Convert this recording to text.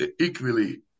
equally